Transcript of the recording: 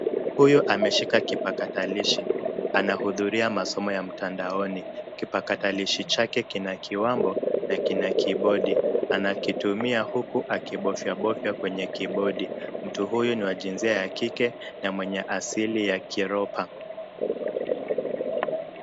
Huyu ameshika kipakatilishi, anahudhuria masomo ya mtandaoni, kipakatilishi chake kina kiwambo, na kina kibodi, anakitumia huku akibofyabofya kwenye kibodi. Mtu huyu ni wa jinsia ya kike, na mwenye asili ya kiropa.